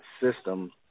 system